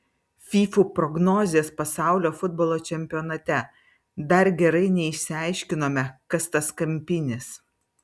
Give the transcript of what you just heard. fyfų prognozės pasaulio futbolo čempionate dar gerai neišsiaiškinome kas tas kampinis